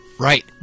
Right